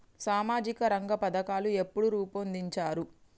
సామాజిక రంగ పథకాలు ఎప్పుడు రూపొందించారు?